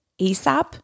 ASAP